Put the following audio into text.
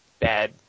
bad